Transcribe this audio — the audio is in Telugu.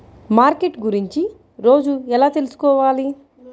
మార్కెట్ గురించి రోజు ఎలా తెలుసుకోవాలి?